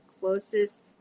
closest